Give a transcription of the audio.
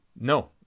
No